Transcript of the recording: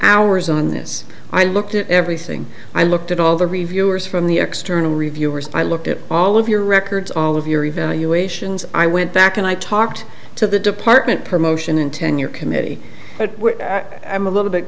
hours on this i looked at everything i looked at all the reviewers from the external reviewers i looked at all of your records all of your evaluations i went back and i talked to the department promotion and tenure committee but i'm a little bit